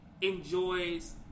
enjoys